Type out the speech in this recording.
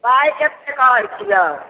पाय कतेक कहैत छियै